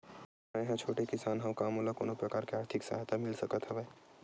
मै ह छोटे किसान हंव का मोला कोनो प्रकार के आर्थिक सहायता मिल सकत हवय?